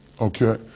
Okay